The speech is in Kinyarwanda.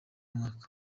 mwaka